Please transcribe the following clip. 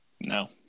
No